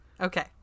Okay